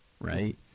right